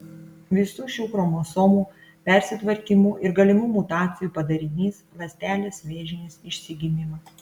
visų šių chromosomų persitvarkymų ir galimų mutacijų padarinys ląstelės vėžinis išsigimimas